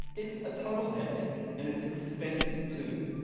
it's a total headache and it's expensive too